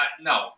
No